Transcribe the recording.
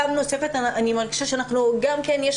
פעם נוספת אני מרגישה שאנחנו גם כן יש